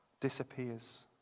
disappears